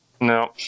No